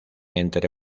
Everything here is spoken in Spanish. entre